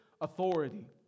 authority